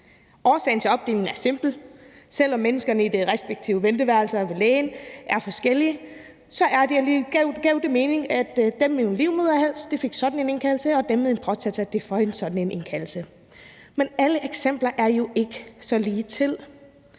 Årsagen til opdelingen er simpel: Selv om menneskene i de respektive venteværelser ved lægen er forskellige, giver det mening, at dem med en livmoderhals får sådan en indkaldelse, og dem med en prostata får sådan en indkaldelse. Men alle eksempler er jo ikke så ligetil.